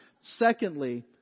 Secondly